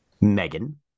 Megan